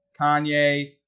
Kanye